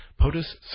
POTUS